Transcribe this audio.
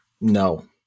No